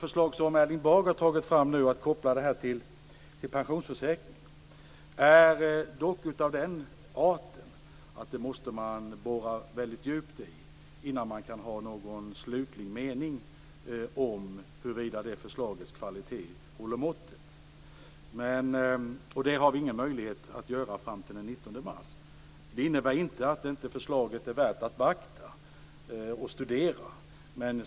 Erling Bagers förslag att koppla bosparandet till pensionsförsäkringen är dock av den arten att det måste analyseras mycket djupt innan man kan ha någon slutlig mening om huruvida förslagets kvalitet håller måttet, och det har vi ingen möjlighet att göra fram till den 19 mars. Men det innebär inte att förslaget inte är värt att beakta och studera.